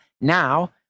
Now